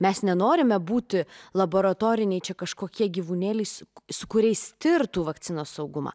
mes nenorime būti laboratoriniai čia kažkokie gyvūnėliai su kuriais tirtų vakcinos saugumą